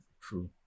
true